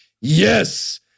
yes